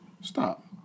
Stop